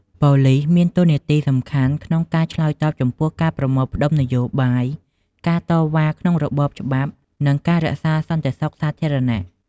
ប៉ូលីសមានតួនាទីសំខាន់ក្នុងការឆ្លើយតបចំពោះការប្រមូលផ្តុំនយោបាយ ការតវ៉ាក្នុងរបបច្បាប់ និងការរក្សាសន្តិសុខសាធារណៈ។